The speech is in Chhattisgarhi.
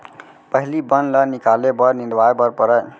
पहिली बन ल निकाले बर निंदवाए बर परय